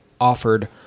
offered